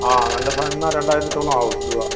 ആ നല്ല സാധനം എന്നാൽ രണ്ടായിരത്തോളം ആവും രൂപ